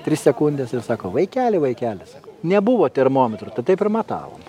tris sekundes ir sako vaikeli vaikeli sako nebuvo termometrų tai taip ir matavom